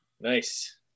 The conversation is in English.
Nice